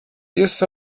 diez